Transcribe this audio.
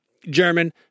German